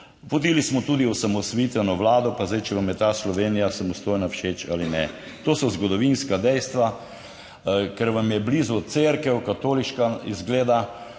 Vodili smo tudi osamosvojitveno vlado, pa zdaj, če vam je ta Slovenija, samostojna, všeč ali ne. To so zgodovinska dejstva. Ker vam je blizu Cerkev, katoliška, zgleda,